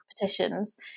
petitions